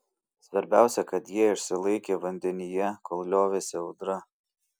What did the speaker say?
svarbiausia kad jie išsilaikė vandenyje kol liovėsi audra